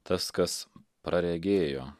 tas kas praregėjo